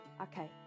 Okay